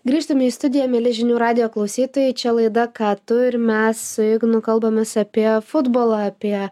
grįžtame į studiją mieli žinių radijo klausytojai čia laida ką tu ir mes su ignu kalbamės apie futbolą apie